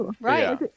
right